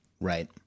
right